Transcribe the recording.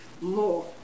more